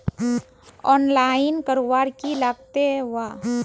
Online करवार की लगते वा?